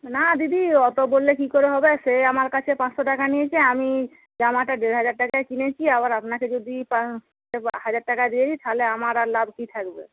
না দিদি ওতো বললে কি করে হবে সে আমার কাছে পাঁচশো টাকা নিয়েছে আমি জামাটা দেড় হাজার টাকায় কিনেছি আবার আপনাকে যদি হাজার টাকা দিয়ে দিই তাহলে আমার আর লাভ কি থাকবে